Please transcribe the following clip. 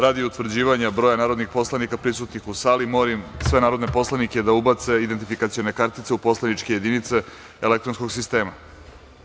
Radi utvrđivanja broja poslanika prisutnih u sali, molim sve narodne poslanike da ubace svoje identifikacione kartice u poslaničke jedinice elektronskog sistema.